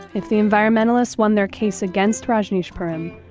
if the environmentalist won their case against rajneeshpuram,